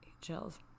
chills